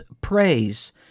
praise